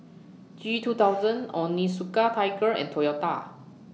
G two thousand Onitsuka Tiger and Toyota